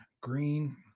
green